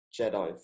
jedi